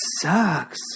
sucks